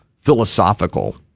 philosophical